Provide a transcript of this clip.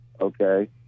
okay